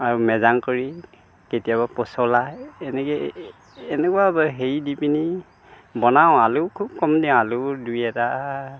আৰু মেজাংকৰি কেতিয়াবা পচলা এনেকে এনেকুৱা হেৰি দি পিনি বনাওঁ আলু খুব কম দিওঁ আলু দুই এটা